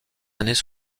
années